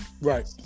right